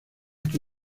que